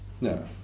no